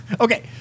Okay